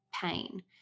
pain